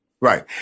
Right